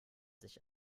sich